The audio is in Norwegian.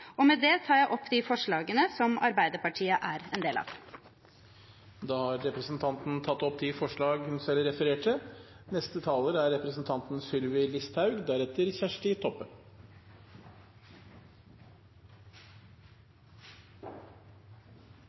Med det tar jeg opp de forslagene som Arbeiderpartiet er en del av. Representanten Tuva Moflag har tatt opp de forslagene hun refererte til. Folk lever lenger, og det er